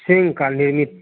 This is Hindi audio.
सिंह कालेनित